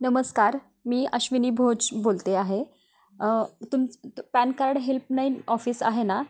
नमस्कार मी अश्विनी भोज बोलते आहे तुमच पॅन कार्ड हेल्पलाईन ऑफिस आहे ना